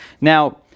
Now